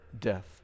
death